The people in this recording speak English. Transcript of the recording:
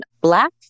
black